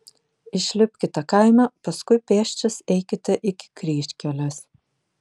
išlipkite kaime paskui pėsčias eikite iki kryžkelės